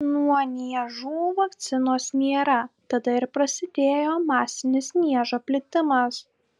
nuo niežų vakcinos nėra tada ir prasidėjo masinis niežo plitimas